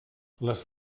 les